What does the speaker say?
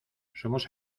somos